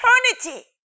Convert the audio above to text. eternity